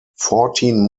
fourteen